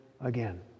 again